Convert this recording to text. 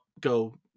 go